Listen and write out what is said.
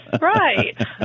Right